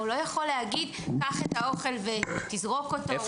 הוא לא יכול להגיד: קח את האוכל ותזרוק אותו.